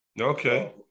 Okay